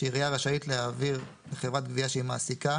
שעירייה רשאית להעביר לחברת גבייה שהיא מעסיקה,